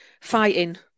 fighting